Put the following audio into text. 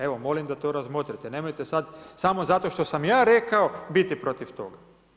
Evo, molim da to razmotrite, nemojte sad, samo zato što sam ja rekao, biti protiv toga.